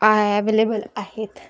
available आहेत